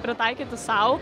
pritaikyti sau